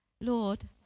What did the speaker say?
Lord